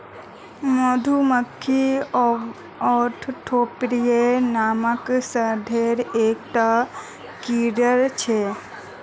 मधुमक्खी ओर्थोपोडा नामक संघेर एक टा कीड़ा छे